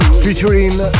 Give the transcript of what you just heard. featuring